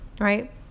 right